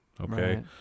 Okay